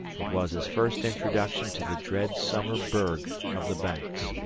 it was his first introduction to the dread summer berg of the banks,